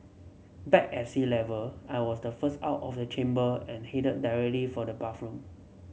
back at sea Level I was the first out of the chamber and headed directly for the bathroom